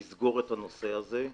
"לסגור" את הנושא הזה.